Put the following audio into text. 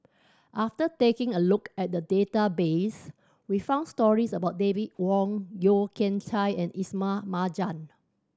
after taking a look at the database we found stories about David Wong Yeo Kian Chye and Ismail Marjan